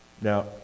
Now